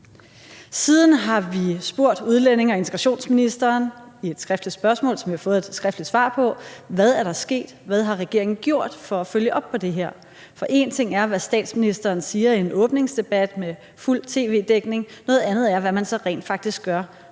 Siden har vi stillet udlændinge- og integrationsministeren et skriftligt spørgsmål, som vi har fået et skriftligt svar på, om, hvad der er sket, og hvad regeringen har gjort for at følge op på det her. For en ting er, hvad statsministeren siger i en åbningsdebat med fuld tv-dækning, noget andet er, hvad man så rent faktisk gør,